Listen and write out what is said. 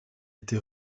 été